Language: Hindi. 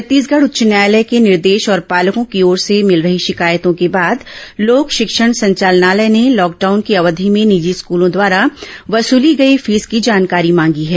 छत्तीसगढ़ उच्च न्यायालय के निर्देश और पालकों की ओर से मिल रही शिकायतों के बाद लोक शिक्षण संचालनालय ने लॉकडाउन की अवधि में निजी स्कूलों द्वारा वसूली गई फीस की जानकारी मांगी है